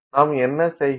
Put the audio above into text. நாம் என்ன செய்கிறோம்